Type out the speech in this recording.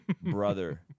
brother